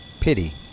pity